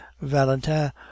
Valentin